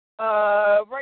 Right